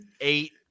eight